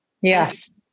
Yes